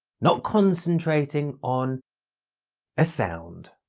not concentrating on a sound,